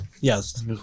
Yes